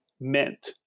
meant